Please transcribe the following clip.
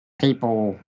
people